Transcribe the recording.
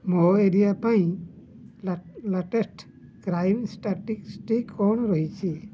ମୋ ଏରିଆ ପାଇଁ ଲା ଲାଟେଷ୍ଟ କ୍ରାଇମ୍ ଷ୍ଟାଟିଷ୍ଟି ଷ୍ଟାଟିଷ୍ଟିକ୍ସ୍ କ'ଣ ରହିଛି